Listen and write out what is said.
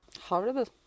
Horrible